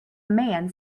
man